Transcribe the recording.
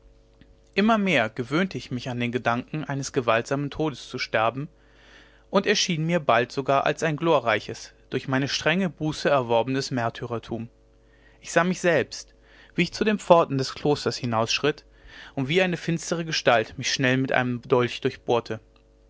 immer mehr gewöhnte ich mich an den gedanken eines gewaltsamen todes zu sterben und er erschien mir bald sogar als ein glorreiches durch meine strenge buße erworbenes märtyrertum ich sah mich selbst wie ich zu den pforten des klosters hinausschritt und wie eine finstere gestalt mich schnell mit einem dolch durchbohrte